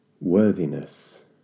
worthiness